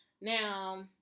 Now